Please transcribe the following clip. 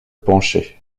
penché